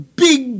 big